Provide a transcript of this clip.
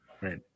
Right